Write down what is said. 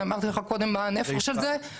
אני אמרתי לך קודם מה הנפח של זה.